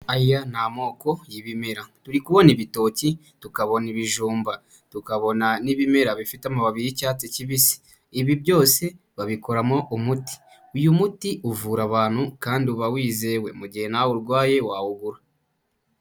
Aya ni amoko y'ibimera. Turi kubona ibitoki, tukabona ibijumba, tukabona n'ibimera bifite amababi y'icyatsi kibisi, ibi byose babikoramo umuti. Uyu muti uvura abantu kandi uba wizewe, mu gihe nawe urwaye wawubura.